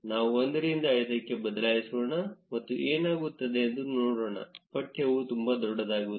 ನಾವು 1 ರಿಂದ 5 ಕ್ಕೆ ಬದಲಾಯಿಸೋಣ ಮತ್ತು ಏನಾಗುತ್ತದೆ ಎಂದು ನೋಡೋಣ ಪಠ್ಯವು ತುಂಬಾ ದೊಡ್ಡದಾಗುತ್ತದೆ